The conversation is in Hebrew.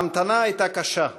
ההמתנה הייתה קשה,